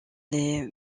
les